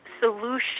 solution